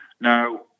now